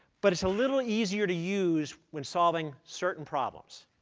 but it's a little easier to use when solving certain problems.